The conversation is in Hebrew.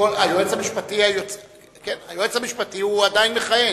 היועץ המשפטי הוא עדיין מכהן.